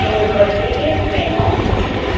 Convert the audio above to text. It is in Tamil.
எனக்கு ஒரு டீடெயில்ஸ் வேணும்